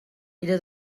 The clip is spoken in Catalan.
era